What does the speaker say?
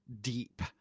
deep